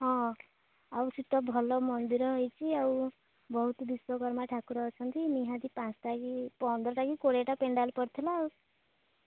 ହଁ ଆଉ ସେ ତ ଭଲ ମନ୍ଦିର ହେଇଛି ଆଉ ବହୁତ ବିଶ୍ଵକର୍ମା ଠାକୁର ଅଛନ୍ତି ନିହାତି ପାଞ୍ଚଟା କି ପନ୍ଦରଟା କି କୋଡ଼ିଏଟା ପେଣ୍ଡାଲ୍ ପଡ଼ିଥିଲା ଆଉ